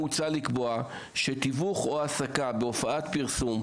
מוצע לקבוע שתיווך או העסקה בהופעת פרסום,